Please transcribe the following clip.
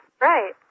Right